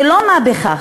זה לא מה בכך.